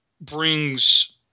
brings